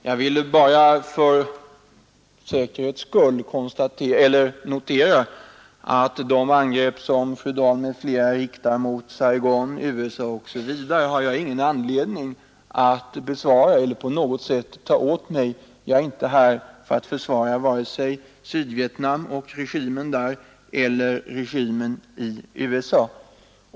Herr talman! Jag vill bara för säkerhets skull slå fast att de angrepp som fru Dahl m.fl. riktar mot Saigon och USA har jag ingen anledning att besvara eller på något sätt ta åt mig. Jag står inte här för att försvara vare sig Sydvietnam och regimen där eller regimen i USA.